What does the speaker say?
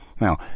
Now